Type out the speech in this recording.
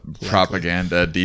propaganda